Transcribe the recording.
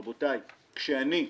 רבותיי, כשאני,